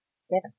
seven